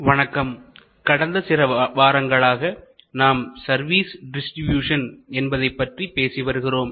வணக்கம் கடந்த சில வாரங்களாக நாம் சர்வீஸ் டிஸ்ட்ரிபியூஷன் என்பதைப் பற்றி பேசி வருகிறோம்